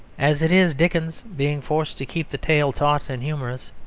as it is, dickens, being forced to keep the tale taut and humorous,